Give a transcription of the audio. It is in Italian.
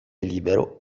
libero